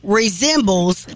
resembles